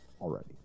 already